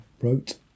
wrote